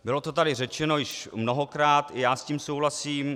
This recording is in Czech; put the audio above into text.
Bylo to tady řečeno již mnohokrát, i já s tím souhlasím.